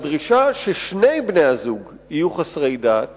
הדרישה ששני בני-הזוג יהיו חסרי דת